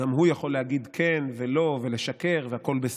שגם הוא יכול להגיד כן ולא ולשקר והכול בסדר,